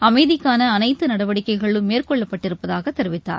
அவர் அமைதிக்கான அனைத்து நடவடிக்கைகளும் மேற்கொள்ளப்பட்டிருப்பதாகத் தெரிவித்தார்